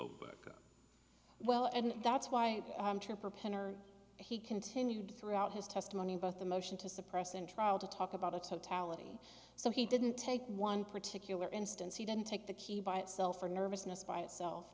have well and that's why i'm trippin or he continued throughout his testimony both the motion to suppress and trial to talk about a totality so he didn't take one particular instance he didn't take the key by itself for nervousness by itself